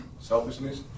selfishness